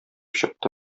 чыкты